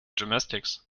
gymnastics